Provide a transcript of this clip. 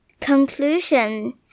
Conclusion